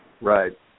Right